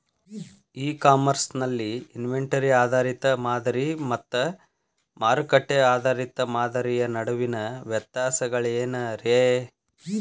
E commerce ನಲ್ಲಿ inventory ಆಧಾರಿತ ಮಾದರಿ ಮತ್ತ ಮಾರುಕಟ್ಟೆ ಆಧಾರಿತ ಮಾದರಿಯ ನಡುವಿನ ವ್ಯತ್ಯಾಸಗಳೇನ ರೇ?